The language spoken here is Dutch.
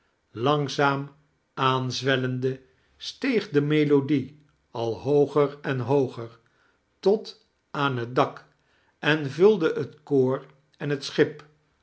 langzaam aanzwellende steeg de melodie al hooger en hooger tot aan het dak en vwlde het koor en het schip